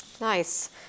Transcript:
Nice